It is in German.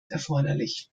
erforderlich